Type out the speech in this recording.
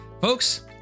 folks